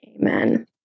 Amen